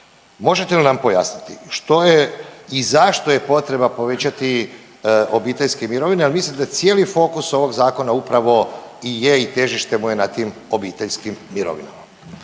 Možete li nam pojasniti što je i zašto je potreba povećati obiteljske mirovine, al mislim da je cijeli fokus ovog zakona upravo i je i težište …/Govornik se ne razumije/…na